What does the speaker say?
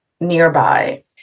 nearby